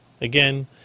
again